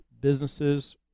businesses